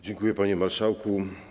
Dziękuję, panie marszałku.